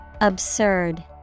Absurd